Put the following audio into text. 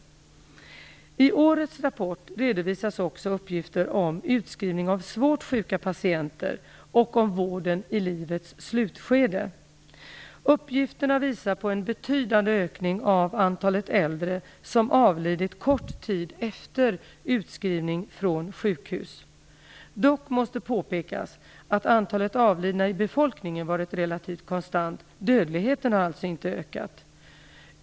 I årets rapport redovisas också uppgifter om utskrivning av svårt sjuka patienter och om vården i livets slutskede. Uppgifterna visar på en betydande ökning av antalet äldre som avlidit kort tid efter utskrivning från sjukhus. Dock måste påpekas att antalet avlidna i befolkningen varit relativt konstant - dödligheten har alltså inte ökat.